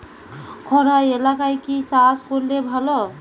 খরা এলাকায় কি চাষ করলে ভালো?